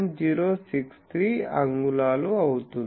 063 అంగుళాలు అవుతుంది